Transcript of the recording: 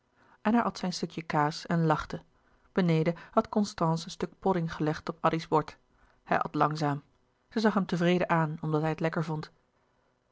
en hij at zijn stukje kaas en lachte beneden had constance een stuk podding gelegd op addy's bord hij at langzaam zij zag hem louis couperus de boeken der kleine zielen tevreden aan omdat hij het lekker vond